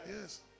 Yes